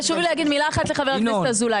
חשוב לי להגיד מילה אחת לחבר הכנסת ינון.